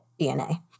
DNA